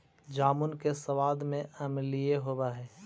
जामुन के सबाद में अम्लीयन होब हई